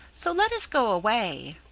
so let us go away,